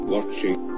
Watching